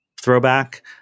throwback